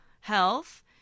health